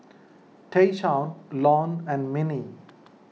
Tayshaun Lon and Minnie